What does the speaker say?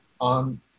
on